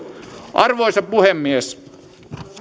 arvoisa puhemies